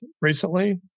recently